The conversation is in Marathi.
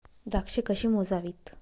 द्राक्षे कशी मोजावीत?